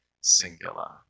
singular